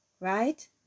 Right